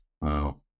Wow